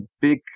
big